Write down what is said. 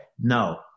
No